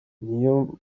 niyombare